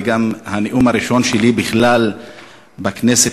וגם הנאום הראשון שלי בכלל בכנסת,